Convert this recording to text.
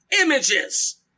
images